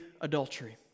adultery